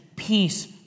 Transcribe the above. Peace